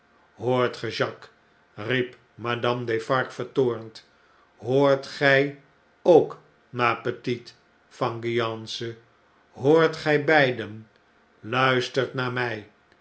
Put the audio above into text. jacques riep madame defarge vertoornd hoort gjj ook ma petiteveng e a n c e hoort gjj beiden i luistert naar mij